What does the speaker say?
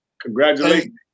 Congratulations